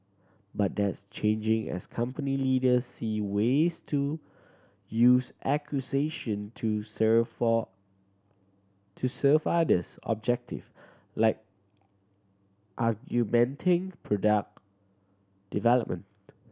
but that's changing as company leaders see ways to use acquisition to to serve others objective like argumenting product development